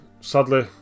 sadly